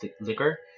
liquor